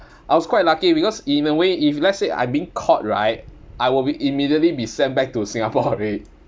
I was quite lucky because in a way if let's say I being caught right I will be immediately be sent back to singapore already